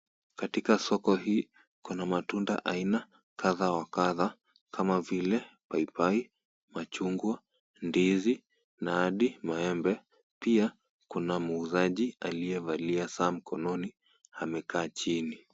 Katika soko hii kuna matunda aina kadhaa wa kadhaa kama vile; paipai, machungwa, ndizi na hadi maembe. Pia kuna muuzaji aliyevalia saa mkononi amekaa chini.